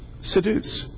seduce